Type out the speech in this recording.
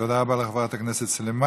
תודה רבה לחברת הכנסת סלימאן.